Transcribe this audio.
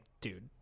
dude